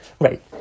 right